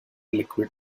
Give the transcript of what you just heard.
liquid